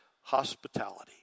hospitality